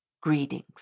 Greetings